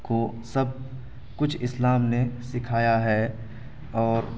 کو سب کچھ اسلام نے سکھایا ہے اور